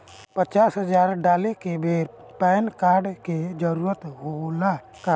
पचास हजार डाले के बेर पैन कार्ड के जरूरत होला का?